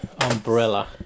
Umbrella